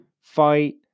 fight